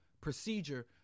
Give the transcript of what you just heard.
procedure